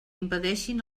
impedeixin